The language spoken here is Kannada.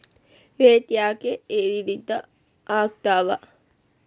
ರೇಟ್ ಯಾಕೆ ಏರಿಳಿತ ಆಗ್ತಾವ?